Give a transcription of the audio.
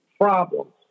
Problems